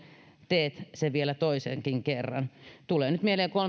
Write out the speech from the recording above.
teet sen vielä toisenkin kerran tulee nyt mieleen